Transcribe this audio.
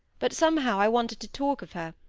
but somehow i wanted to talk of her,